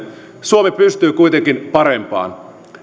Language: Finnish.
suomi pystyy kuitenkin parempaan